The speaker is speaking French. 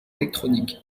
électronique